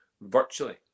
virtually